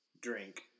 drink